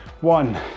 one